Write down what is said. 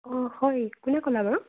অ' হয় কোনে ক'লা বাৰু